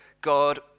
God